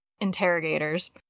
interrogators